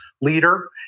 leader